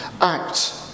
act